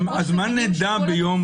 אז מה נדע ביום רביעי --- נכון,